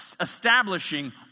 establishing